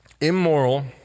immoral